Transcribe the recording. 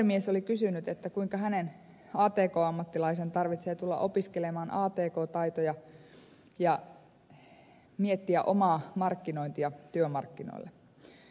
nuorimies oli kysynyt kuinka hänen atk ammattilaisen tarvitsee tulla opiskelemaan atk taitoja ja miettiä omaa markkinointia työmarkkinoille